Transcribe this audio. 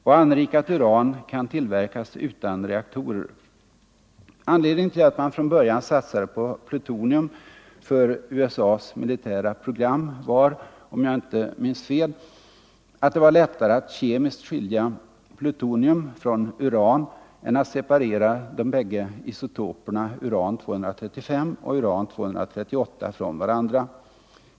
Och anrikat uran kan tillverkas utan reaktorer. Anledningen till att man från början satsade på plutonium för USA:s militära program var, om jag inte minns fel, att det var lättare att kemiskt skilja plutonium från uran än att separera de två isotoperna uran-235 och uran-238 från varandra.